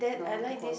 no the quali~